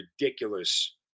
ridiculous